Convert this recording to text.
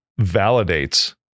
validates